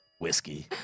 whiskey